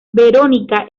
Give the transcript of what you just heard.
verónica